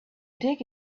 dig